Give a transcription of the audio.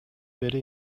бери